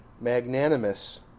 magnanimous